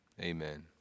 amen